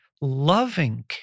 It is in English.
loving